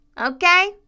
okay